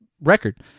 record